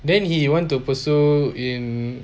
then he want to pursue in